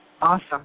Awesome